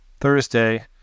thursday